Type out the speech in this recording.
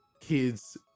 kids